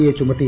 A ചുമത്തി